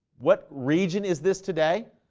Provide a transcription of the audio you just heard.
what region is this today?